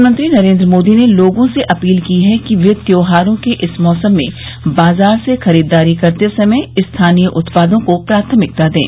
प्रधानमंत्री नरेन्द्र मोदी ने लोगों से अपील की है कि वे त्यौहारों के इस मौसम में बाजार से खरीददारी करते समय स्थानीय उत्पादों को प्राथमिकता दें